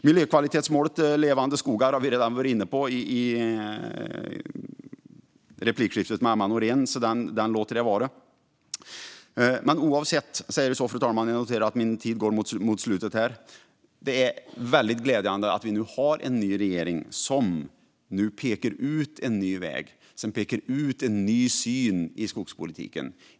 Miljökvalitetsmålet Levande skogar har jag redan varit inne på i replikskiftet med Emma Nohrén. Därför låter jag det vara. Fru talman! Det är glädjande att vi har en ny regering som pekar ut en ny väg och en ny syn på skogspolitiken.